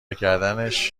کردنش